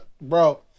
Bro